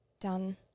done